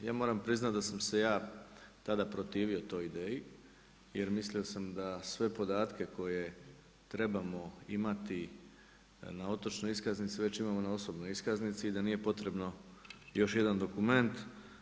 Ja moram priznati da sam se ja tada protivio toj ideji, jer mislio sam da sve podatke koje trebamo imati na otočnoj iskaznici već imamo na osobnoj iskaznici i da nije potrebno još jedan dokument.